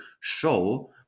show